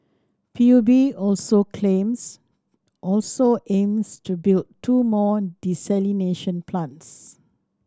P U B also claims also aims to build two more desalination plants